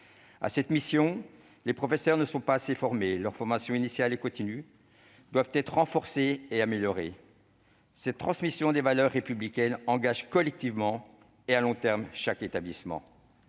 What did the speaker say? y êtes attaché. Les professeurs ne sont pas assez formés à cette mission. Leurs formations initiale et continue doivent être renforcées et améliorées. La transmission des valeurs républicaines engage collectivement et à long terme chaque établissement.